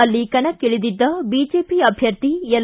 ಅಲ್ಲಿ ಕಣಕ್ಕಳದಿದ್ದ ಬಿಜೆಪಿ ಅಭ್ಯರ್ಥಿ ಎಲ್